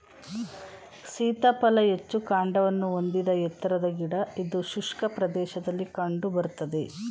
ಸೀತಾಫಲ ಹೆಚ್ಚು ಕಾಂಡವನ್ನು ಹೊಂದಿದ ಎತ್ತರದ ಗಿಡ ಇದು ಶುಷ್ಕ ಪ್ರದೇಶದಲ್ಲಿ ಕಂಡು ಬರ್ತದೆ